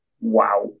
wow